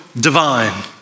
divine